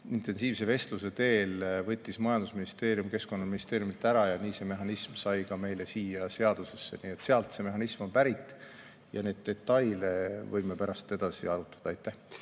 intensiivse vestluse teel – võttis majandusministeerium Keskkonnaministeeriumilt ära ja nii see mehhanism sai ka meile siia seadusesse. Nii et sealt see mehhanism on pärit ja neid detaile võime pärast edasi arutada. Aitäh,